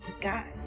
God